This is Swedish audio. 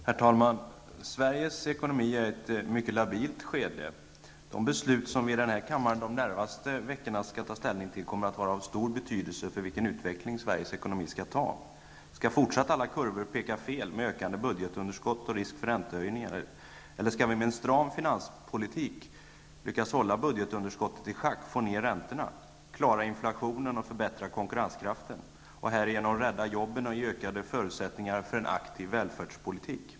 Herr talman! Sveriges ekonomi befinner sig i ett mycket labilt skede. De beslut som vi skall fatta här i kammaren de närmaste veckorna kommer att vara av stor betydelse för vilken utveckling Sveriges ekonomi skall få. Skall alla kurvor fortsatt peka fel med ökande budgetunderskott och risk för räntehöjningar som följd eller skall vi med en stram finanspolitik lyckas hålla budgetunderskottet i schack, få ned räntorna, klara inflationen, förbättra konkurrenskraften och härigenom rädda jobben och ge ökade förutsättningar för en aktiv välfärdspolitik?